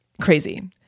crazy